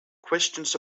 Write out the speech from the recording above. questions